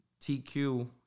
TQ